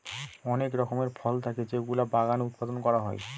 অনেক রকমের ফল থাকে যেগুলো বাগানে উৎপাদন করা হয়